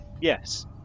Yes